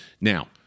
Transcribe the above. now